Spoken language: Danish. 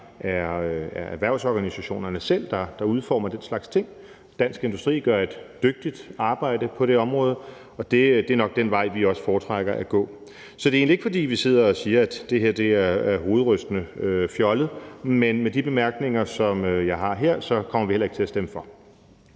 er erhvervsorganisationerne selv, der udformer den slags ting. Dansk Industri gør et dygtigt arbejde på det område, og det er nok den vej, vi også foretrækker at gå. Så det er egentlig ikke, fordi vi sidder og siger, at det her er hovedrystende fjollet, men med de bemærkninger, som jeg har her, kommer vi heller ikke til at stemme for.